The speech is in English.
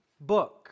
book